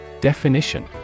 Definition